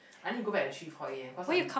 I need to go back at three four a_m cause I've been